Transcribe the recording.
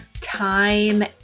time